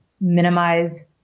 minimize